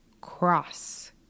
cross